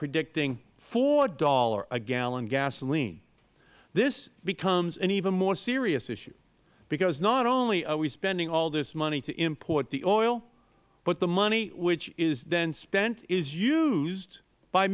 predicting are four dollars a gallon gasoline this becomes an even more serious issue because not only are we spending all this money to import the oil but the money which is then spent is used by